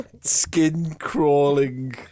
skin-crawling